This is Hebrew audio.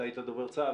אתה היית דובר צה"ל,